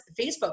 Facebook